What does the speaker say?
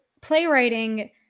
playwriting